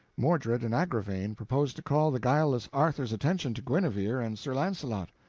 mordred and agravaine propose to call the guileless arthur's attention to guenever and sir launcelot.